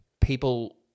people